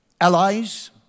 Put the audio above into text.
allies